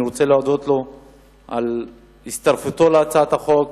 ואני רוצה להודות לו על הצטרפותו להצעת החוק